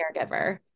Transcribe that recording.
caregiver